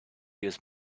use